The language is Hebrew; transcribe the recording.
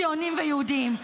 ציונים ויהודים.